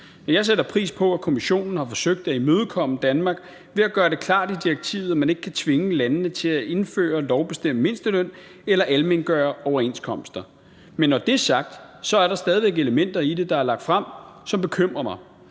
Jeg sætter pris på, at Kommissionen har forsøgt at imødekomme Danmark ved at gøre det klart i direktivet, at man ikke kan tvinge landene til at indføre lovbestemt mindsteløn eller almengøre overenskomster. Men når det er sagt, er der stadig væk elementer i det, der er lagt frem, som bekymrer mig.